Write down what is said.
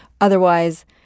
Otherwise